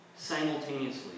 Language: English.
Simultaneously